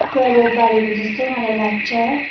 प्रभाव पारेको जस्तो मलाई लाग्छ